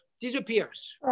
disappears